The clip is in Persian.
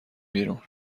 بیرون